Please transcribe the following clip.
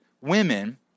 women